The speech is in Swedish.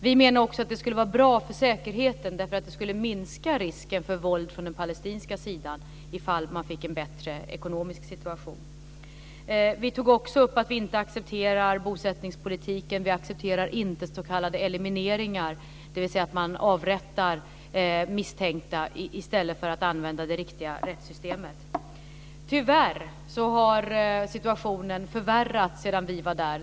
Vi menar också att det skulle vara bra för säkerheten, därför att det skulle minska risken för våld från den palestinska sidan om de fick en bättre ekonomisk situation. Vi tog också upp att vi inte accepterar bosättningspolitiken och att vi inte accepterar s.k. elimineringar, dvs. att man avrättar misstänkta i stället för att använda det riktiga rättssystemet. Tyvärr har situationen förvärrats sedan vi var där.